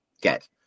get